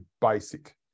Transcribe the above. basic